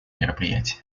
мероприятия